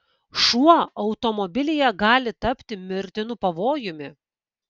šuo automobilyje gali tapti mirtinu pavojumi